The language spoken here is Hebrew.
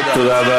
תודה.